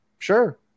sure